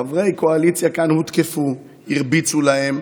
חברי קואליציה כאן הותקפו, הרביצו להם,